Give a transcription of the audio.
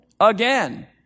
Again